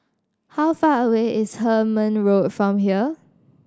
how far away is Hemmant Road from here